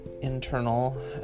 internal